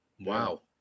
Wow